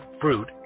fruit